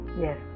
Yes